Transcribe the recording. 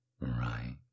right